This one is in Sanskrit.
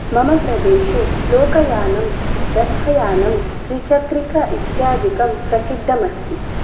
मम प्रदेशे लोकयानं रथयानं त्रिचक्रिका इत्यादिकं प्रसिद्धमस्ति